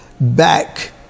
back